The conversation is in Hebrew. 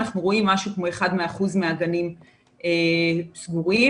אנחנו רואים 1% מהגנים סגורים.